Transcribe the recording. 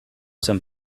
some